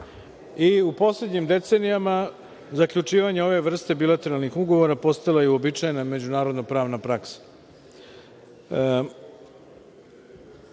U poslednjim decenijama zaključivanje ove vrste bilateralnih ugovora postala je uobičajena međunarodna pravna praksa.